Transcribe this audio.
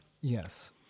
Yes